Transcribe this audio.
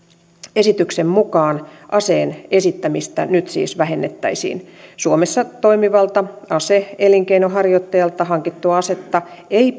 esityksen mukaan aseen esittämistä nyt siis vähennettäisiin suomessa toimivalta ase elinkeinonharjoittajalta hankittua asetta ei